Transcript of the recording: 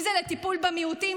אם זה לטיפול במיעוטים,